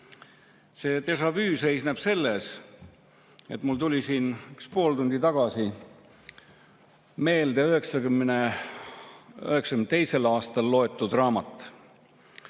Seedéjà-vuseisneb selles, et mul tuli siin pool tundi tagasi meelde 1992. aastal loetud raamat.